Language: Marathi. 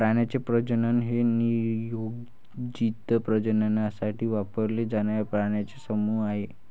प्राण्यांचे प्रजनन हे नियोजित प्रजननासाठी वापरले जाणारे प्राण्यांचे समूह आहे